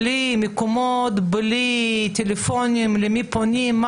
ללא טלפונים, ללא מקומות, למי פונים.